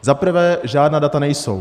Zaprvé žádná data nejsou.